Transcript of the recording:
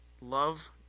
Love